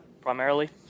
primarily